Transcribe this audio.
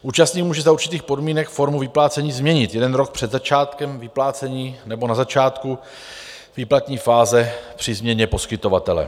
Účastník může za určitých podmínek formu vyplácení změnit jeden rok před začátkem vyplácení nebo na začátku výplatní fáze při změně poskytovatele.